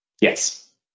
Yes